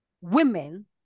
women